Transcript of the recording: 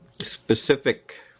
specific